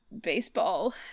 baseball